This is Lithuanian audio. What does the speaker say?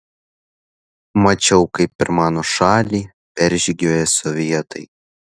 mačiau kaip per mano šalį peržygiuoja sovietai